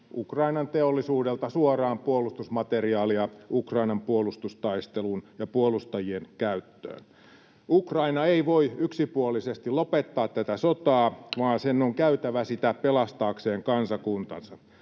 Ukrainan teollisuudelta suoraan puolustusmateriaalia Ukrainan puolustustaisteluun ja puolustajien käyttöön. Ukraina ei voi yksipuolisesti lopettaa tätä sotaa, vaan sen on käytävä sitä pelastaakseen kansakuntansa.